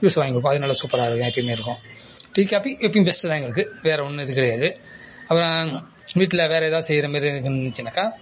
juice வாங்கி குடிப்போம் அது நல்லா சூப்பராக நல்லா தேன் மாரி இருக்கும் டீ காபி எப்போயும் பெஸ்ட்டு தான் எங்களுக்கு வேறே ஒன்றும் இது கிடையாது அப்புறம் வீட்டில் வேறே எதாவது செய்கிற மாரி இருந்துச்சினாக்கா